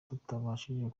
tutabashije